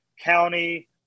county